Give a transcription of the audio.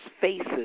faces